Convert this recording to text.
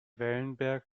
wellenberg